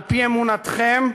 על-פי אמונתכם,